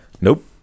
Nope